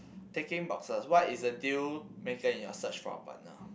ticking boxes what is the deal maker in your search for a partner